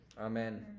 amen